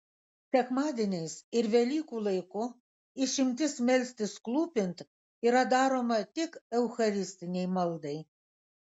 sekmadieniais ir velykų laiku išimtis melstis klūpint yra daroma tik eucharistinei maldai